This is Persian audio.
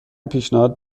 پیشنهاد